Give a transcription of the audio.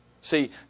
See